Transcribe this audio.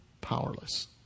powerless